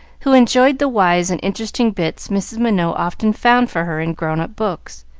who enjoyed the wise and interesting bits mrs. minot often found for her in grown-up books,